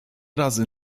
razy